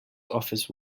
office